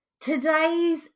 Today's